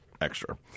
extra